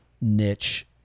niche